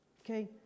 okay